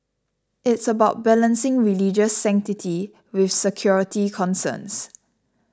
it's about balancing religious sanctity with security concerns